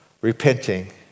repenting